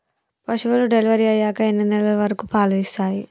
పశువులు డెలివరీ అయ్యాక ఎన్ని నెలల వరకు పాలు ఇస్తాయి?